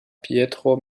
pietro